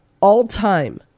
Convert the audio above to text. all-time